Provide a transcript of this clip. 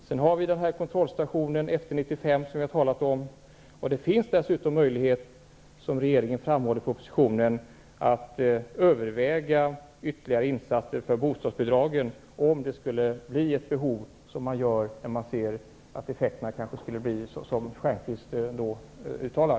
Vi har sedan efter 1995 en kontrollstation, som vi redan har talat om, och det finns dessutom, som regeringen framhåller i propositionen, en möjlighet att överväga ytterligare insatser för bostadsbidragen om effekterna av reformen skulle bli de som Stjernkvist befarar och det därmed skulle uppstå behov av sådana insatser.